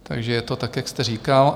Takže je to tak, jak jste říkal.